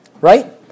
Right